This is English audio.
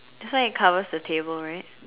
that's why he covers the table right